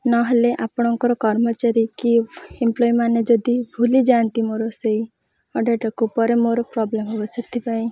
ନହେଲେ ଆପଣଙ୍କର କର୍ମଚାରୀ କି ଏମ୍ପ୍ଲୟମାନେ ଯଦି ଭୁଲି ଯାଆନ୍ତି ମୋର ସେଇ ଅର୍ଡ଼ର୍ଟାକୁ ଉପରେ ମୋର ପ୍ରୋବ୍ଲେମ୍ ହବ ସେଥିପାଇଁ